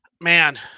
man